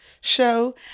show